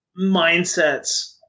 mindsets